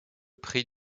prix